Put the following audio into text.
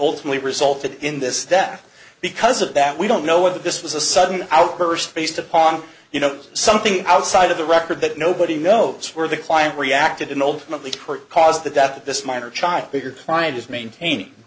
ultimately resulted in this death because of that we don't know whether this was a sudden outburst based upon you know something outside of the record that nobody knows where the client reacted and old her caused the death of this minor child bigger client is maintaining